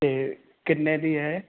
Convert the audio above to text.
ਤੇ ਕਿੰਨੇ ਦੀ ਹੈ